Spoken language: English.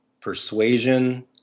persuasion